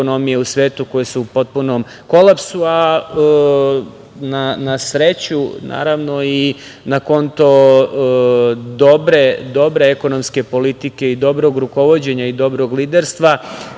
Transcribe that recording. u svetu koje su u potpunom kolapsu. Na sreću, naravno i na konto dobre ekonomske politike i dobrog rukovođenja i dobrog liderstva,